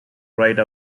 write